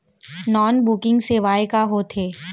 Non banking सेवाएं का होथे?